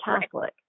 Catholic